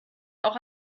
auch